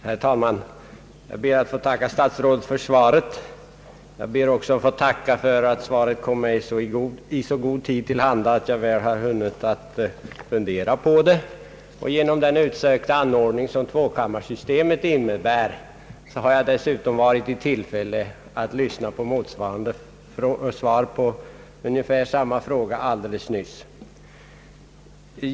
Herr talman! Jag ber att få tacka statsrådet för svaret. Jag ber också att få tacka för att svaret kommit mig till handa i så god tid, att jag hunnit tänka över det. Genom den utsökta anordning som vårt tvåkammarsystem innebär har jag dessutom fått tillfälle att lyssna på ett motsvarande svar på ungefär samma fråga alldeles nyss.